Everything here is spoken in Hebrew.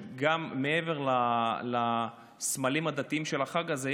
מעבר לסמלים הדתיים של החג הזה,